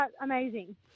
amazing